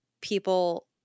people